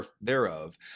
thereof